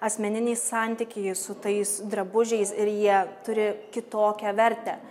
asmeninį santykį su tais drabužiais ir jie turi kitokią vertę